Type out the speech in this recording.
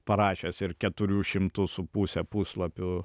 parašęs ir keturių šimtų su puse puslapių